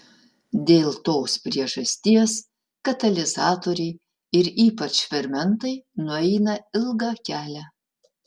dėl tos priežasties katalizatoriai ir ypač fermentai nueina ilgą kelią